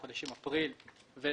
בחודשים אפריל ואוקטובר.